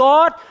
God